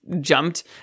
jumped